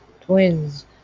Twins